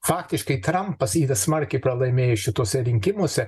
faktiškai trampas smarkiai pralaimėjo šituose rinkimuose